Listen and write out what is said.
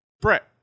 Brett